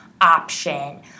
option